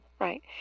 Right